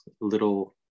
little